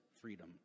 freedom